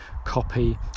Copy